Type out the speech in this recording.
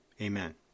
amen